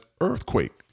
earthquake